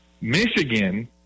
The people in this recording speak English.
Michigan